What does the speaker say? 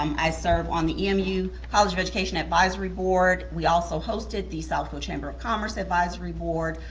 um i serve on the emu college of education advisory board. we also hosted the southfield chamber of commerce advisory board.